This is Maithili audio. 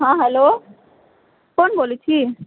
हँ हैलो कोन बोलै छी